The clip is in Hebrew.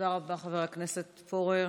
תודה רבה, חבר הכנסת פורר.